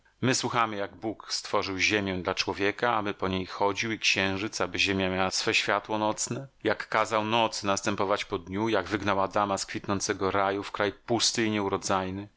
słuchamy jak bóg stworzył ziemię dla człowieka aby po niej chodził i księżyc aby ziemia miała swe światło nocne jak kazał nocy następować po dniu jak wygnał adama z kwitnącego raju w kraj pusty